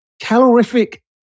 calorific